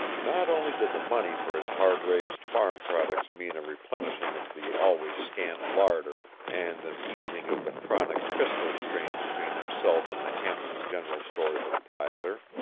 not only did the money for his hard-raised farm products mean a replenishing of the always scant larder and an easing of the chronic fiscal strain between himself and the hampton general store's proprietor,